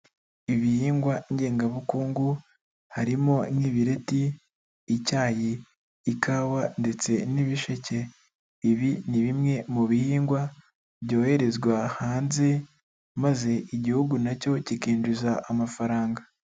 Ibihingwa ngengabukungu harimo nk'ibireti, icyayi, ikawa ndetse n'ibisheke, ibi ni bimwe mu bihingwa byoherezwa hanze maze igihugu na cyo kikinjiza amafaranga.